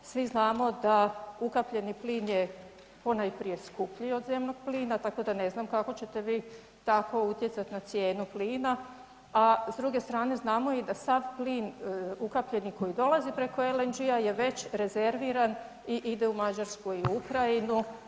Svi znamo da ukapljeni plin je ponajprije skuplji od zemnog plina tako da ne znam kako ćete vi tako utjecati na cijenu plina, a s druge strane znamo i da sav plin ukapljeni koji dolazi preko LNG-a je već rezerviran i ide u Mađarsku i Ukrajinu.